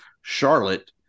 Charlotte